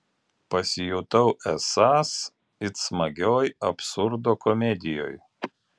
pasijutau esąs it smagioj absurdo komedijoj